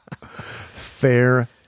Fair